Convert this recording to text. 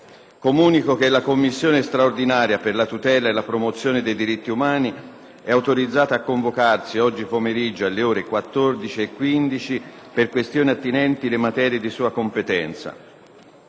Comunico che la Commissione straordinaria per la tutela e la promozione dei diritti umani è autorizzata a convocarsi oggi, alle ore 14,15, per questioni attinenti alle materie di sua competenza.